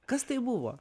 kas tai buvo